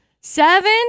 seven